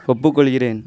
ஒப்புக்கொள்கிறேன்